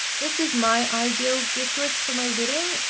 this is my ideal guest list for my wedding,